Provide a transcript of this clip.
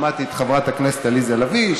שמעתי את חברת הכנסת עליזה לביא,